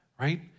right